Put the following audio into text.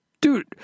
Dude